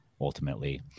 Ultimately